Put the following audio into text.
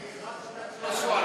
ה' 1, 2, 3 או 4?